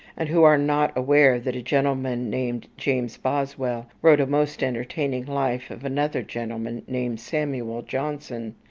and who are not aware that a gentleman named james boswell wrote a most entertaining life of another gentleman named samuel johnson,